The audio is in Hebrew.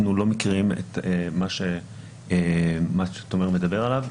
אנחנו לא מכירים את מה שתומר מדבר עליו.